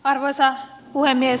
arvoisa puhemies